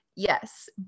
yes